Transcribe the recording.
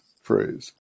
phrase